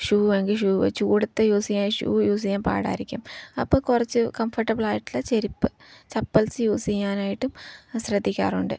ഷൂവെങ്കിൽ shoe ചൂടത്ത് use ചെയ്യാൻ shoe use ചെയ്യാൻ പാടായിരിക്കും അപ്പം കുറച്ച് കംഫർട്ടബിളായിട്ടുള്ള ചെരിപ്പ് ചപ്പൽസ് യൂസ് ചെയ്യാനായിട്ടും ശ്രദ്ധിക്കാറുണ്ട്